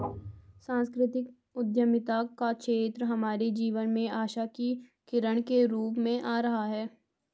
सांस्कृतिक उद्यमिता का क्षेत्र हमारे जीवन में आशा की किरण के रूप में आ रहा है